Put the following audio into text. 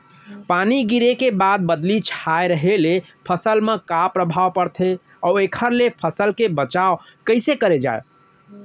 पानी गिरे के बाद बदली छाये रहे ले फसल मा का प्रभाव पड़थे अऊ एखर ले फसल के बचाव कइसे करे जाये?